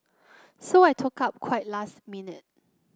so I took up quite last minute